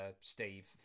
Steve